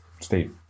Steve